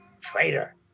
Traitor